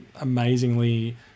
amazingly